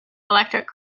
electric